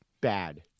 bad